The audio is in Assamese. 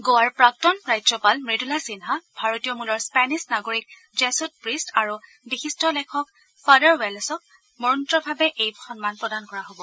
গোৱাৰ প্ৰাক্তন ৰাজ্যপাল মূদুলা সিন্হা ভাৰতীয় মূলৰ স্পেনিছ নাগৰিক জেছট প্ৰিষ্ট আৰু বিশিষ্ট লেখক ফাডাৰ ৱালেছক মৰণোত্তৰভাৱে এই সন্মান প্ৰদান কৰা হ'ব